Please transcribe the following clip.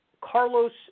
Carlos